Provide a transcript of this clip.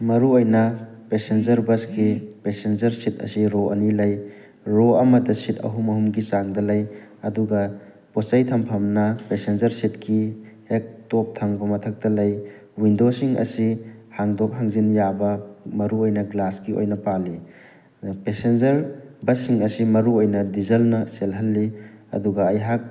ꯃꯔꯨ ꯑꯣꯏꯅ ꯄꯦꯁꯦꯟꯖꯔ ꯕꯁꯀꯤ ꯄꯦꯁꯦꯟꯖꯔ ꯁꯤꯠ ꯑꯁꯤ ꯔꯣ ꯑꯅꯤ ꯂꯩ ꯔꯣ ꯑꯃꯗ ꯁꯤꯠ ꯑꯍꯨꯝ ꯑꯍꯨꯝꯒꯤ ꯆꯥꯡꯗ ꯂꯩ ꯑꯗꯨꯒ ꯄꯣꯠꯆꯩ ꯊꯝꯐꯝꯅ ꯄꯦꯁꯦꯟꯖꯔ ꯁꯤꯠꯀꯤ ꯍꯦꯛ ꯇꯣꯞ ꯊꯪꯕ ꯃꯊꯛꯇ ꯂꯩ ꯋꯤꯟꯗꯣꯁꯤꯡ ꯑꯁꯤ ꯍꯥꯡꯗꯣꯛ ꯍꯥꯡꯖꯤꯟ ꯌꯥꯕ ꯃꯔꯨ ꯑꯣꯏꯅ ꯒ꯭ꯂꯥꯁꯀꯤ ꯑꯣꯏꯅ ꯄꯥꯜꯂꯤ ꯑꯗ ꯄꯦꯁꯦꯟꯖꯔ ꯕꯁꯁꯤꯡ ꯑꯁꯤ ꯃꯔꯨ ꯑꯣꯏꯅ ꯗꯤꯖꯜꯅ ꯆꯦꯜꯍꯜꯂꯤ ꯑꯗꯨꯒ ꯑꯩꯍꯥꯛ